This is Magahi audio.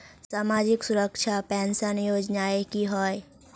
सामाजिक सुरक्षा पेंशन योजनाएँ की होय?